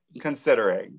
considering